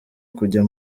kujya